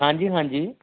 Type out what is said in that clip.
ਹਾਂਜੀ ਹਾਂਜੀ